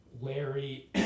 Larry